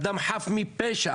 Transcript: אדם חף מפשע.